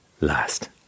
last